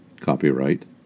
Copyright